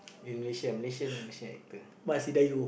in Malaysia Malaysian national actor